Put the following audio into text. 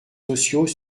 sociaux